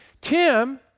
Tim